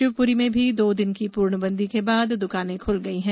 शिवपुरी में भी दो दिन की पूर्णबंदी के बाद दुकाने खुल गई हैं